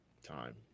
time